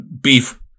beef